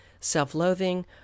self-loathing